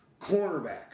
cornerback